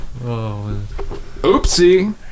Oopsie